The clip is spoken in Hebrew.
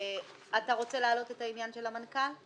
אתה רוצה להעלות את העניין של המנכ"ל?